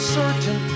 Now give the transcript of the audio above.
certain